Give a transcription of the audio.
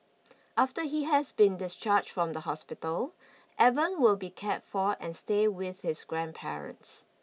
after he has been discharged from the hospital Evan will be cared for and stay with his grandparents